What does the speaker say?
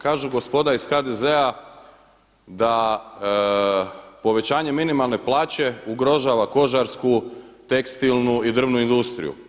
Kažu gospoda iz HDZ-a da povećanje minimalne plaće ugrožava kožarsku, tekstilnu i drvnu industriju.